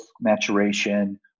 maturation